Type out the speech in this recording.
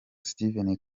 steven